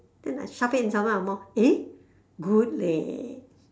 then I shove it inside your mouth eh good leh